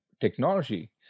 technology